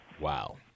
wow